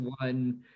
one